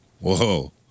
Whoa